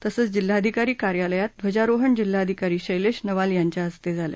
तसेच जिल्हाधिकारी कार्यालयात ध्वजारोहण जिल्हाधिकारी शैलेश नवाल यांच्या हस्ते झालं